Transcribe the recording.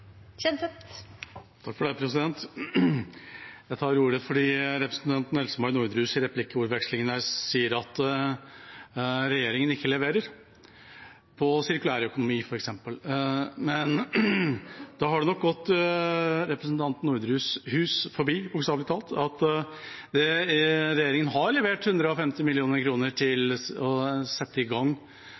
Jeg tar ordet fordi representanten Else-May Norderhus i replikkvekslingen her sier at regjeringa ikke leverer på sirkulærøkonomi, f.eks. Da har det nok gått representanten Norderhus hus forbi, bokstavelig talt, at regjeringa har levert 150 mill. kr til å sette i gang